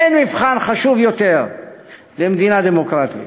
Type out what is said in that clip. אין מבחן חשוב יותר למדינה דמוקרטית.